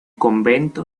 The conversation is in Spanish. convento